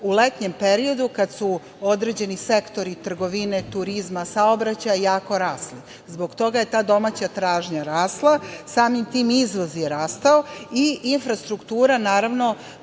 u letnjem periodu kada su određeni sektori trgovine, turizma, saobraćaja jako rasli. Zbog toga je ta domaća tražnja rasla, samim tim izvoz je rastao i infrastruktura, naravno,